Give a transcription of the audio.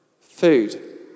food